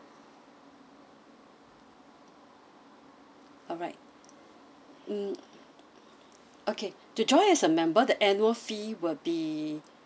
alright mm okay to join as a member the annual fee will be